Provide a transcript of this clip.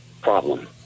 problem